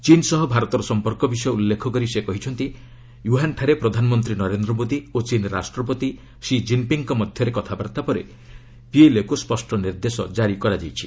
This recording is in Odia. ଚୀନ୍ ସହ ଭାରତର ସମ୍ପର୍କ ବିଷୟ ଉଲ୍ଲ୍ଖେ କରି ସେ କହିଛନ୍ତି ଓ୍ୱହାନଠାରେ ପ୍ରଧାନମନ୍ତ୍ରୀ ନରେନ୍ଦ୍ର ମୋଦି ଓ ଚୀନ୍ ରାଷ୍ଟ୍ରପତି ଷି ଜିନ୍ ପିଙ୍ଗ୍ଙ୍କ ମଧ୍ୟରେ କଥାବାର୍ତ୍ତା ପରେ ପିଏଲ୍ଏକୁ ସ୍ୱଷ୍ଟ ନିର୍ଦ୍ଦେଶ ଜାରି କରାଯାଇଛି